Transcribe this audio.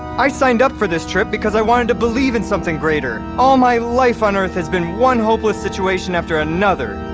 i signed up for this trip because i wanted to believe in something greater. all my life on earth has been one hopeless situation after another,